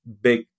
big